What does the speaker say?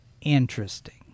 interesting